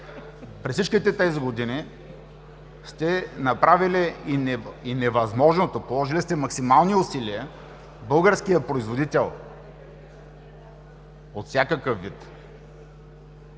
През всичките тези години сте направили и невъзможното – положили сте максимални усилия българският производител от всякакъв вид,